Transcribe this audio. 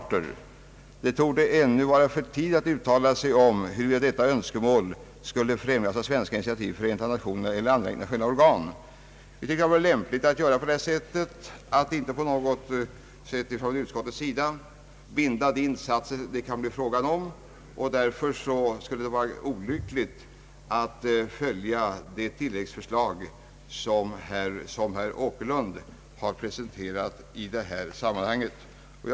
Vidare säger utskottet: »Det torde ännu vara för tidigt att uttala sig om huruvida detta önskemål skulle främjas av svenska initiativ i Förenta nationerna eller andra internationella organ.» Jag anser att det kan vara lämpligt att göra på detta sätt och inte från utskottets sida på något sätt binda de insatser som det kan bli fråga om. Därför skulle det vara olyckligt att följa det tilläggsförslag som herr Åkerlund presenterat i anslutning till utskottets utlåtande.